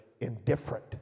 indifferent